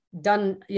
done